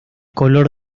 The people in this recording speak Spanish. color